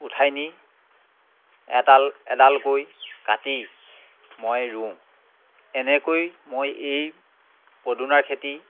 উঠাই নি এডাল এডালকৈ কাটি মই ৰুওঁ এনেকৈ মই এই পদিনাৰ খেতি